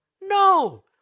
No